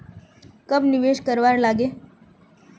कब निवेश करवार लागे?